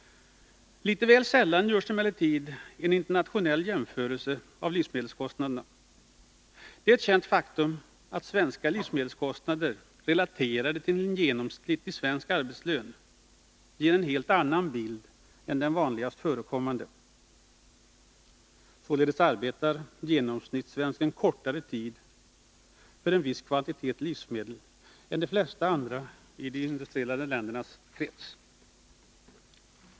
Litet väl sällan görs emellertid en internationell jämförelse av livsmedelskostnaderna. Det är ett känt faktum att svenska livsmedelskostnader relaterade till en genomsnittlig svensk arbetslön ger en helt annan bild av läget än den vanligast förekommande. Således arbetar genomsnittssvensken kortare tid för en viss kvantitet livsmedel än de flesta andra i de industrialiserade ländernas krets.